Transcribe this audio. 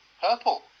purple